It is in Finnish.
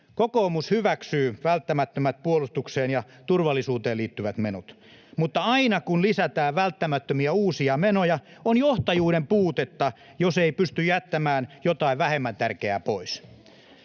Kokoomus hyväksyy välttämättömät puolustukseen ja turvallisuuteen liittyvät menot, mutta aina, kun lisätään välttämättömiä uusia menoja, on johtajuuden puutetta, jos ei pysty jättämään jotain vähemmän tärkeää pois.